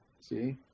See